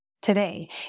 Today